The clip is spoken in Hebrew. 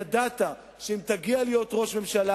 ידעת שאם תגיע להיות ראש ממשלה